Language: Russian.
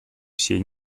всей